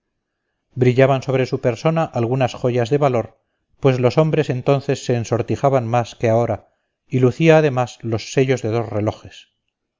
brillaban sobre su persona algunas joyas de valor pues los hombres entonces se ensortijaban más que ahora y lucía además los sellos de dos relojes